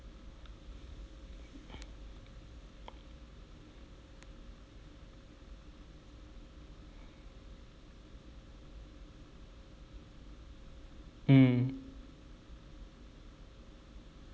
mm